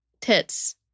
tits